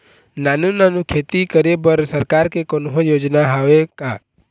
नानू नानू खेती करे बर सरकार के कोन्हो योजना हावे का?